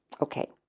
Okay